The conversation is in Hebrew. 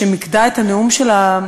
שמיקדה את הנאום שלה,